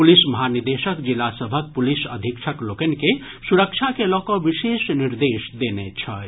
police महानिदेशक जिला सभक पुलिस अधीक्षक लोकनि के सुरक्षा के लऽ कऽ विशेष निर्देश देने छथि